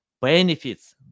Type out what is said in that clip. benefits